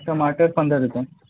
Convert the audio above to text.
टमाटर पंद्रह रुपए